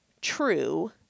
true